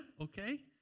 okay